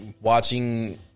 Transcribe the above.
watching